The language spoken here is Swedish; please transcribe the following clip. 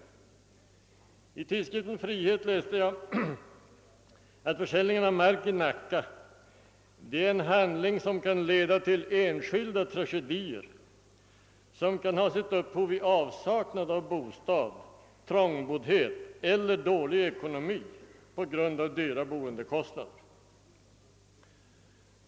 Och i tidskriften »frihet» har jag läst att för säljningen av mark i Nacka är en handling, som kan leda till enskilda tragedier, vilka har sitt upphov i avsaknad av bostad, trångboddhet eller dålig ekonomi på grund av höga boendekostnader.